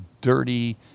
dirty